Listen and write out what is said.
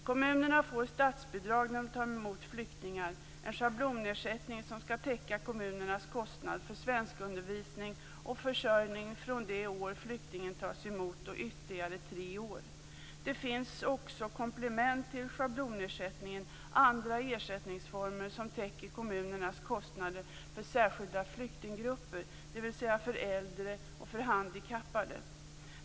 Kommunerna får statsbidrag när de tar emot flyktingar - en schablonersättning som skall täcka kommunernas kostnad för svenskundervisning och försörjning från det år flyktingen tas emot och ytterligare tre år. Det finns också komplement till schablonersättningen - andra ersättningsformer som täcker kommunernas kostnader för särskilda flyktinggrupper, dvs. för äldre och för handikappade.